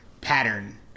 pattern